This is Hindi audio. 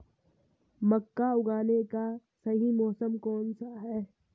मक्का उगाने का सही मौसम कौनसा है?